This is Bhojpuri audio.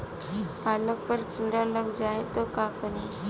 पालक पर कीड़ा लग जाए त का करी?